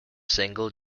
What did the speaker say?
single